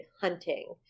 hunting